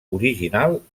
original